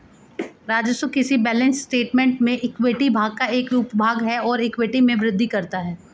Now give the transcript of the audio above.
राजस्व किसी balance statement में इक्विटी भाग का एक उपभाग है और इक्विटी में वृद्धि करता है